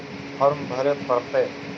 Farm भरे परतय?